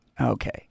Okay